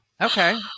okay